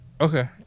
Okay